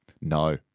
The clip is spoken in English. No